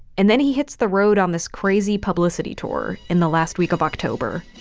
and then he hits the road on this crazy publicity tour in the last week of october